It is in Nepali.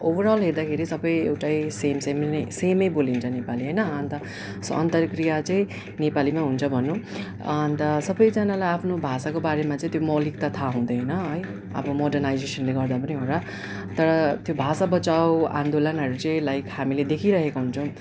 ओभरल हेर्दाखेरि सबै एउटै सेम सेम नै सेमै बोलिन्छ नेपाली होइन अन्त सो अन्तर्क्रिया चाहिँ नेपालीमै हुन्छ भनौँ अन्त सबैजानालाई आफ्नो भाषाको बारेमा चाहिँ त्यो मौलिकता थाहा हुँदैन है अब मोर्डनाइजेसनले गर्दा पनि होला तर त्यो भाषा बचाऔँ आन्दोलनहरू चाहिँ लाइक हामीले देखिरहेका हुन्छौँ